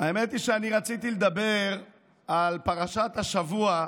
האמת היא שאני רציתי לדבר על פרשת השבוע,